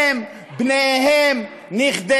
הם, בניהם, איך?